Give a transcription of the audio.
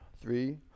three